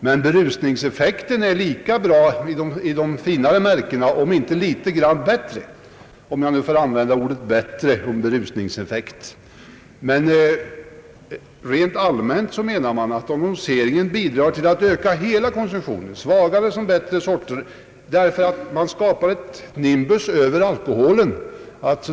Men berusningseffekten av de finare märkena är lika bra, om inte litet bättre — om jag alls får använda ordet »bättre» om berusningseffekt. Men rent allmänt menar man att annonseringen bidrar till att öka hela konsumtionen, svagare som bättre sorter, därför att man skapar nimbus över alkoholen.